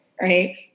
right